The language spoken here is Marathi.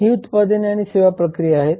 ही उत्पादने आणि सेवा प्रक्रिया आहेत